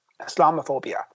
Islamophobia